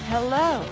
Hello